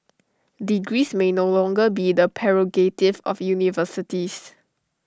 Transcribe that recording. degrees may no longer be the prerogative of universities